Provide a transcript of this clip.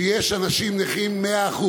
שיש אנשים נכים 100%,